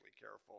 careful